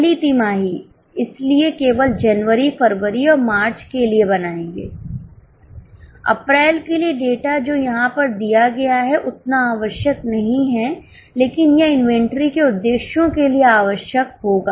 पहली तिमाही इसलिए केवल जनवरी फरवरी और मार्च के लिए बनाएंगे अप्रैल के लिए डेटा जो यहां पर दिया गया है उतना आवश्यक नहीं है लेकिन यह इन्वेंट्री के उद्देश्यों के लिए आवश्यक होगा